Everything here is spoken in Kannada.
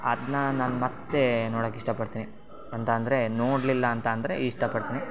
ಅದನ್ನ ನಾನು ಮತ್ತೆ ನೋಡಕ್ಕೆ ಇಷ್ಟಪಡ್ತೀನಿ ಅಂತ ಅಂದರೆ ನೋಡಲಿಲ್ಲ ಅಂತ ಅಂದರೆ ಇಷ್ಟಪಡ್ತೀನಿ